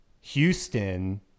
Houston